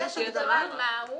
יש הגדרה מהו.